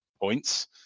points